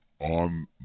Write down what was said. on